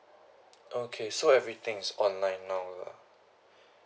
okay so everything is online now lah